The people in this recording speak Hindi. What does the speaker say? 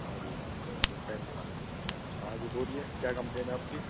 हाँ जी रुको जी पैन निकाल लेता हूँ हाँ जी बोलिए क्या कंप्लेंट है आपकी